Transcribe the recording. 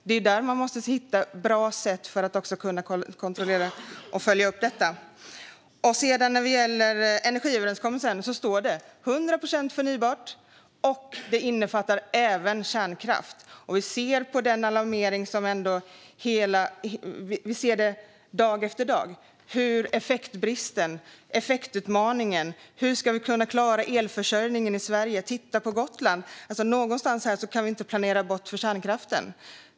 Det är där man måste hitta bra sätt så att man kan kontrollera och följa upp det hela. I energiöverenskommelsen står det om 100 procent förnybart. Det innefattar även kärnkraft. Vi ser alarmerande uppgifter dag efter dag om effektbristen och effektutmaningen. Hur ska vi kunna klara elförsörjningen i Sverige? Titta på Gotland! Vi kan inte planera bort kärnkraften.